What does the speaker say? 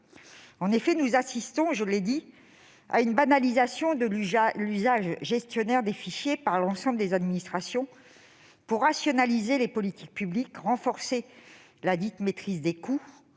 En effet, nous assistons à une banalisation de l'usage gestionnaire des fichiers par l'ensemble des administrations pour rationaliser les politiques publiques, renforcer la « maîtrise des coûts